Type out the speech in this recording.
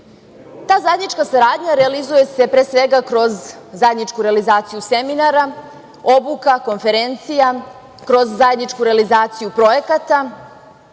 Ta zajednička saradnja realizuje se pre svega kroz zajedničku realizaciju seminara, obuka, konferencija, kroz zajedničku realizaciju projekata,